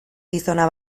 gizona